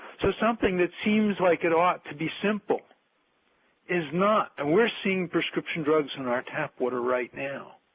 so something that seems like it ought to be simple is not. we are seeing prescription drugs in our tap water right now.